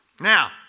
Now